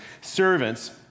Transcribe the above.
servants